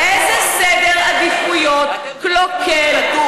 איזה סדר עדיפויות קלוקל.